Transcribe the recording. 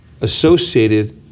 associated